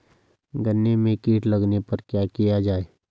गन्ने में कीट लगने पर क्या किया जाये?